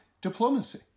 diplomacy